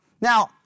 Now